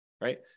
Right